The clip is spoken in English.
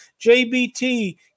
jbt